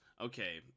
okay